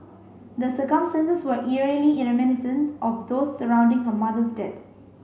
the circumstances were eerily in reminiscent of those surrounding her mother's dead